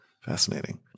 Fascinating